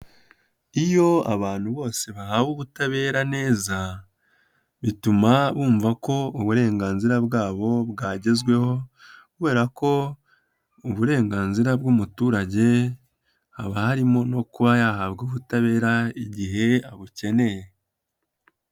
Iyo abantu bose bahawe ubutabera neza bituma bumva ko uburenganzira bwabo bwagezweho kubera ko uburenganzira bw'umuturage, haba harimo no kuba yahabwa ubutabera igihe abukeneye.